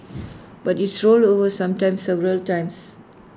but it's rolled over sometimes several times